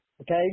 okay